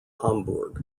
hamburg